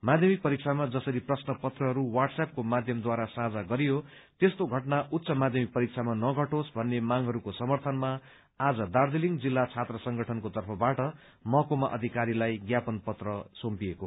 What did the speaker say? माध्यमिक परीक्षामा जसरी प्रश्न प्रत्रहरू व्हाट्सएपको माध्यमद्वारा साझा गरियो त्यस्तो घटना उच्च माध्यमिक परीक्षामा नषटोस भन्ने मागहरूको समर्थनमा आज दार्जीलिङ जिल्ला छात्र संगठनको तर्फबाट महकुमा अधिकारीलाई ज्ञापन पत्र सुम्पिएको छ